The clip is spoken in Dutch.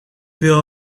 wil